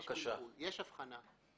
יש אבחנה.